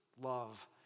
love